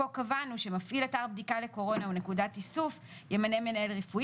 פה קבענו שמפעיל אתר בדיקה לקורונה או נקודת איסוף ימנה מנהל רפואי